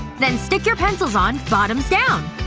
then stick your pencils on, bottoms down.